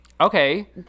Okay